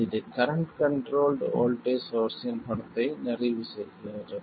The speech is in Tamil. இது கரண்ட் கண்ட்ரோல்ட் வோல்ட்டேஜ் சோர்ஸ்ஸின் படத்தை நிறைவு செய்கிறது